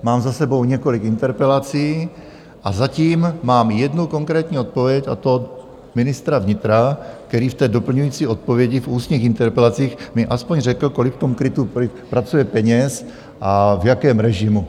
Mám za sebou několik interpelací a zatím mám jednu konkrétní odpověď, a to ministra vnitra, který v doplňující odpovědi v ústních interpelacích mi aspoň řekl, kolik v tom KRITu pracuje peněz a v jakém režimu.